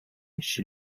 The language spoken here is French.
chez